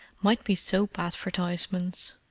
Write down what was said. might be soap advertisements.